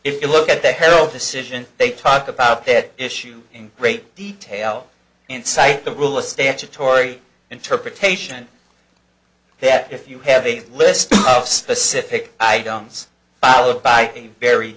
if you look at the herald decision they talk about that issue in great detail and cite the rule a statutory interpretation that if you have a list of specific items followed by a very